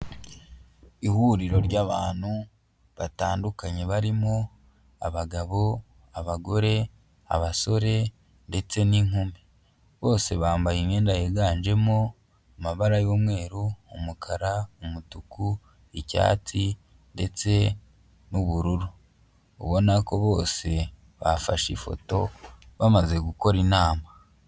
Ihuriro ry'abantu batandukanye barimo, abagabo, abagore, abasore, ndetse n'inkumi. bose bambaye imyenda yiganjemo amabara y'umweru, umukara, umutuku, icyatsi, ndetse n'ubururu. Ubona ko bose bafashe ifoto, bamaze gukora inama.